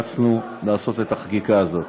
ולכן נאלצנו לעשות את החקיקה הזאת.